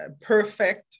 perfect